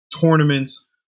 tournaments